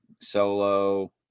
Solo